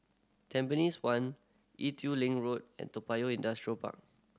Tampines One Ee Teow Leng Road and Toa Payoh Industrial Park